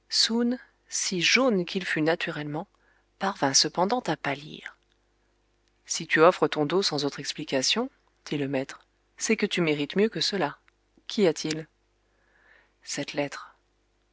si jaune qu'il fût naturellement parvint cependant à pâlir si tu offres ton dos sans autre explication dit le maître c'est que tu mérites mieux que cela qu'y a-t-il cette lettre